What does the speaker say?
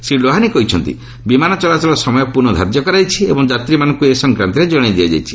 ଶ୍ରୀ ଲୋହାନୀ କହିଛନ୍ତି ବିମାନ ଚଳାଚଳ ସମୟ ପୁନଃ ଧାର୍ଯ୍ୟ କରାଯାଇଛି ଏବଂ ଯାତ୍ରୀମାନଙ୍କୁ ଏ ସଂକ୍ରାନ୍ତରେ ଜଣାଇ ଦିଆଯାଇଛି